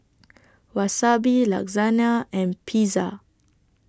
Wasabi Lasagne and Pizza